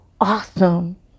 awesome